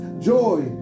joy